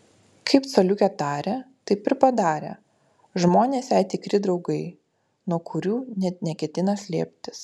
kaip coliukė tarė taip ir padarė žmonės jai tikri draugai nuo kurių net neketina slėptis